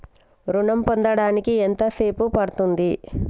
ఋణం పొందడానికి ఎంత సేపు పడ్తుంది?